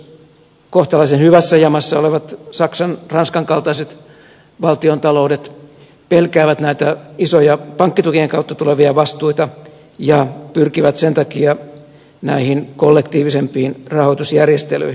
myös kohtalaisen hyvässä jamassa olevat saksan ranskan kaltaiset valtiontaloudet pelkäävät näitä isoja pankkitukien kautta tulevia vastuita ja pyrkivät sen takia näihin kollektiivisempiin rahoitusjärjestelyihin